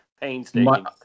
painstaking